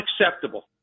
Unacceptable